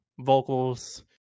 vocals